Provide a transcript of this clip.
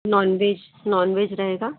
non veg non veg रहेगा